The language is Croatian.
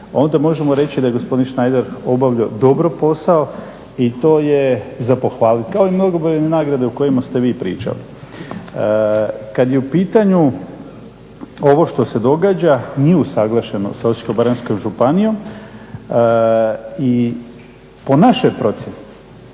onda možemo reći da je gospodin Šnajder obavljao dobro posao i to je za pohvaliti, kao i mnogobrojne nagrade o kojima ste vi pričali. Kada je u pitanju ovo što se događa nije usuglašeno sa Osječko-baranjskom županijom i po našoj procjeni